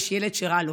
יש ילד שרע לו.